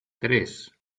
tres